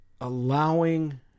Allowing